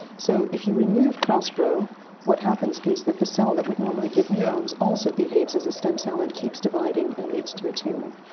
so if you remove prospero what happens is that the cell that would normally give neurons also behaves as a stem cell and keeps dividing and leads to a tumour.